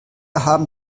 haben